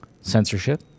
Censorship